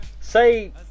Say